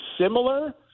similar